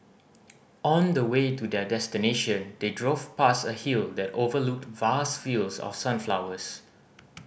on the way to their destination they drove past a hill that overlooked vast fields of sunflowers